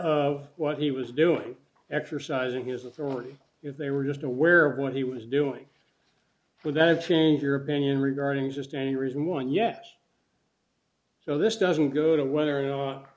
of what he was doing exercising his authority if they were just aware of what he was doing with that change your opinion regarding just any reason why yes so this doesn't go to whether or not